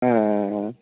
ஆ ஆ ஆ